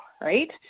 Right